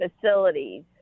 facilities